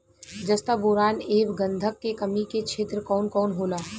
जस्ता बोरान ऐब गंधक के कमी के क्षेत्र कौन कौनहोला?